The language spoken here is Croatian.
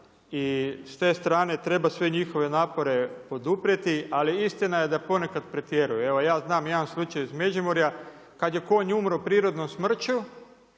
i s te strane treba sve njihove napore poduprijeti, ali istina je da ponekad pretjeruje. Evo ja znam da jedan slučaj iz Međimurja kada je konj umro prirodnom smrću